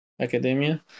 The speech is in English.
Academia